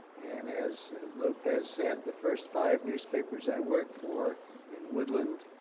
and as lopez said, the first five newspapers i worked for in woodland,